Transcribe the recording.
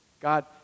God